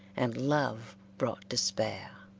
and love brought despair.